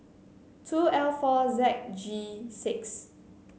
two L four Z G six